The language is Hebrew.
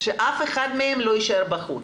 שאף אחד מהם לא יישאר בחוץ.